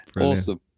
awesome